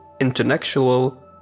intellectual